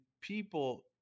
people